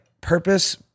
purpose